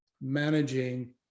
managing